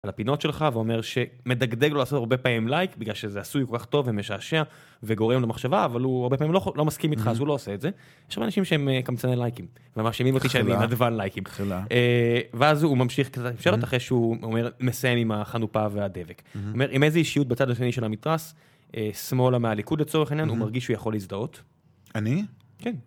על הפינות שלך, ואומר שמדגדג לו לעשות הרבה פעמים לייק בגלל שזה עשוי כל כך טוב ומשעשע וגורם למחשבה, אבל הוא הרבה פעמים לא מסכים איתך אז הוא לא עושה את זה. יש הרבה אנשים שהם קמצני לייקים, ומאשימים אותי שאני נדבן לייקים, ואז הוא ממשיך את השאלות, אחרי שהוא מסיים עם החנופה והדבק. עם איזה אישיות בצד השני של המתרס, שמאלה מהליכוד לצורך העניין הוא מרגיש שהוא יכול להזדהות? אני? כן.